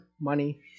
money